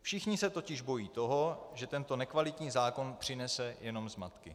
Všichni se totiž bojí toho, že tento nekvalitní zákon přinese jenom zmatky.